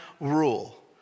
rule